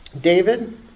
David